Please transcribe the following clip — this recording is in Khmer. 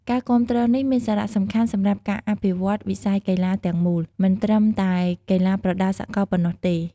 ការគាំទ្រនេះមានសារៈសំខាន់សម្រាប់ការអភិវឌ្ឍន៍វិស័យកីឡាទាំងមូល មិនត្រឹមតែកីឡាប្រដាល់សកលប៉ុណ្ណោះទេ។